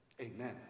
Amen